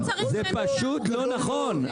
זה פשוט לא נכון.